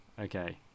okay